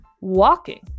walking